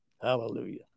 Hallelujah